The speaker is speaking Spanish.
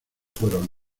fueron